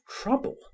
trouble